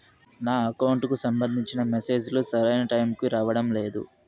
నా అకౌంట్ కు సంబంధించిన మెసేజ్ లు సరైన టైము కి రావడం లేదు